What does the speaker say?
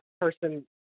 person